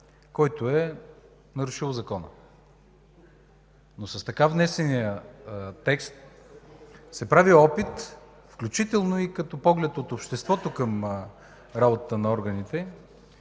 полицай, нарушил закона? С така внесения текст се прави опит, включително и като поглед на обществото към работата на органите,